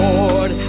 Lord